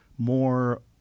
more